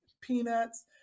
peanuts